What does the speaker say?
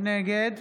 נגד